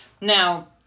Now